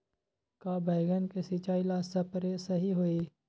का बैगन के सिचाई ला सप्रे सही होई?